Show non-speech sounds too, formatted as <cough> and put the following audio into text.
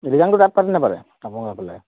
<unintelligible>